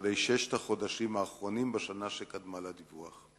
לגבי ששת החודשים האחרונים בשנה שקדמה לדיווח.